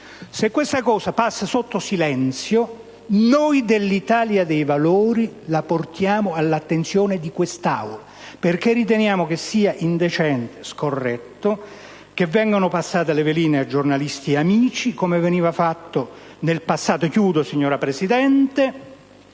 Se questa cosa passa sotto silenzio, noi dell'Italia dei Valori la portiamo all'attenzione di quest'Aula, perché riteniamo che sia indecente e scorretto che vengano passate le veline a giornalisti amici, come accadeva in passato, per diffondere